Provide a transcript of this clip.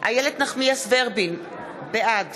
איילת נחמיאס ורבין, בעד